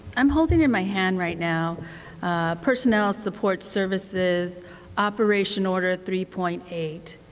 i'm holding in my hand right now a personnel support services operation order three point eight,